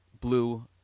blue